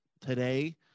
today